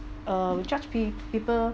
uh we judge pe~ people